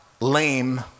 lame